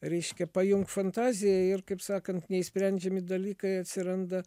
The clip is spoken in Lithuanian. reiškia pajungt fantaziją ir kaip sakant neišsprendžiami dalykai atsiranda